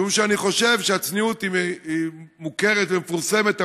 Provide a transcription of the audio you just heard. משום שאני חושב שהצניעות מוכרת ומפורסמת,